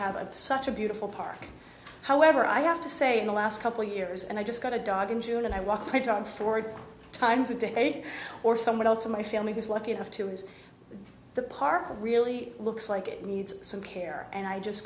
have a such a beautiful park however i have to say in the last couple years and i just got a dog in june and i walk my dogs forward times a day or someone else in my family was lucky enough to use the park really looks like it needs some care and i just